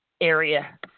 area